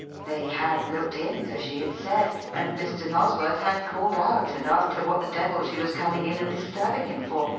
they had looked in as she had said and mr. nosworth had called out and asked her what the devil she was coming in and disturbing him for,